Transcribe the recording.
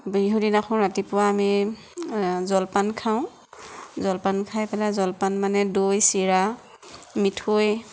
বিহুৰ দিনাখন ৰাতিপুৱা আমি জলপান খাওঁ জলপান খাই পেলাই জলপান মানে দৈ চিৰা মিঠৈ